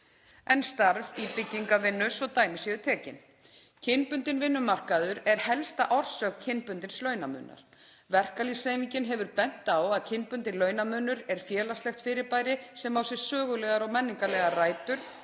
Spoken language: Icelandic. en starf í byggingarvinnu svo að dæmi séu tekin. Kynbundinn vinnumarkaður er helsta orsök kynbundins launamunar. Verkalýðshreyfingin hefur bent á að kynbundinn launamunur er félagslegt fyrirbæri sem á sér sögulegar og menningarlegar rætur.